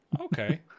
Okay